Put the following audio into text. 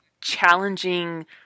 challenging